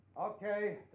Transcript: Okay